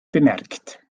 bemerkt